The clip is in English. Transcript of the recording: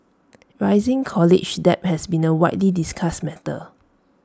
rising college debt has been A widely discussed matter